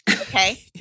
Okay